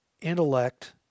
intellect